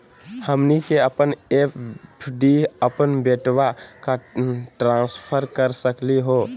हमनी के अपन एफ.डी अपन बेटवा क ट्रांसफर कर सकली हो?